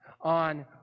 on